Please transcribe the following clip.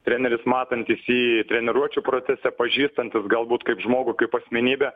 treneris matantis jį treniruočių procese pažįstantis galbūt kaip žmogų kaip asmenybę